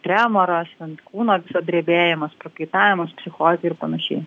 tremoras ten kūno viso drebėjimas prakaitavimas psichozė ir panašiai